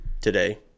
today